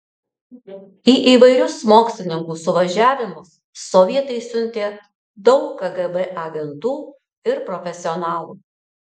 į įvairius mokslininkų suvažiavimus sovietai siuntė daug kgb agentų ir profesionalų